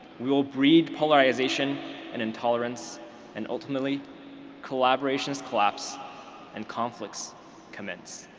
we will breed polarization and intolerance and ultimately collaborations collapse and conflicts commence.